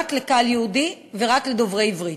רק לקהל יהודי ורק לדוברי עברית,